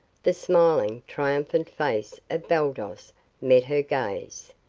the smiling, triumphant face of baldos met her gaze.